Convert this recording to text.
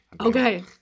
Okay